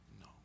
No